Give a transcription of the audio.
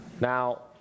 Now